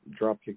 Dropkick